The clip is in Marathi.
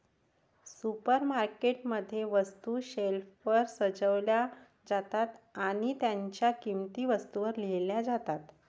सुपरमार्केट मध्ये, वस्तू शेल्फवर सजवल्या जातात आणि त्यांच्या किंमती वस्तूंवर लिहिल्या जातात